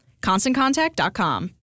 ConstantContact.com